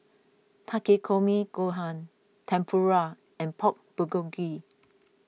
Takikomi Gohan Tempura and Pork Bulgogi